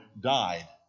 died